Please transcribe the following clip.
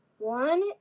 One